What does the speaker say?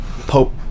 Pope